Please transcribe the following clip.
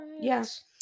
Yes